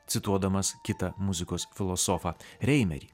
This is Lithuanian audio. cituodamas kitą muzikos filosofą reimerį